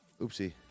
Oopsie